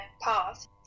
path